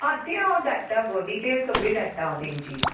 आं ती हांव धाडटा गो डिटेल्स सगळी धाडटा हांव तेंची